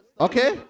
okay